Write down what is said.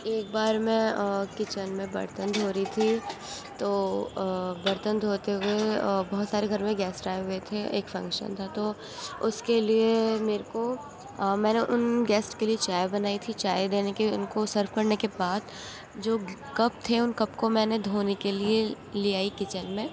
ایک بار میں کچن میں برتن دھو رہی تھی تو برتن دھوتے ہوئے بہت سارے گھر میں گیسٹ آئے ہوئے تھے ایک فنکشن تھا تو اس کے لیے میرے کو میں نے ان گیسٹ کے لیے چائے بنائی تھی چائے دینے کے ان کو سرو کرنے کے بعد جو کپ تھے ان کپ کو میں نے دھونے کے لیے لے آئی کچن میں